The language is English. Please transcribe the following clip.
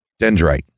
Dendrite